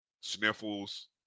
sniffles